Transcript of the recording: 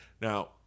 now